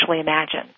imagine